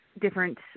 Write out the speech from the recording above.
different